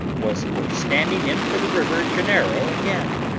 was for standing in for the river janeiro again,